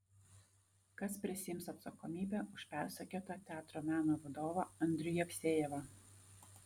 kas prisiims atsakomybę už persekiotą teatro meno vadovą andrių jevsejevą